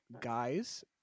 guys